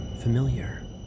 familiar